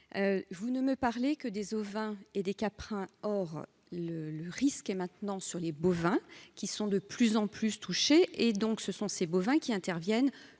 vous ne me parlez que des ovins et des caprins, or le, le risque est maintenant sur les bovins qui sont de plus en plus touchés et donc ce sont ces bovins qui interviennent